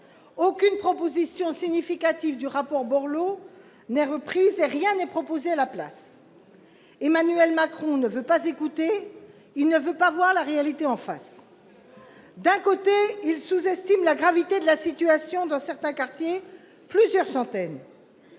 Aucune proposition significative du rapport Borloo n'est reprise, et rien n'est proposé à la place. Emmanuel Macron ne veut pas écouter, il ne veut pas voir la réalité en face. D'un côté, il sous-estime la gravité de la situation dans certains quartiers- plusieurs centaines